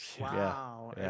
Wow